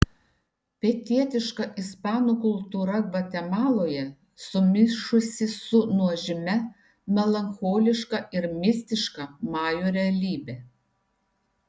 pietietiška ispanų kultūra gvatemaloje sumišusi su nuožmia melancholiška ir mistiška majų realybe